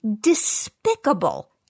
despicable